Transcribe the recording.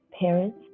Parents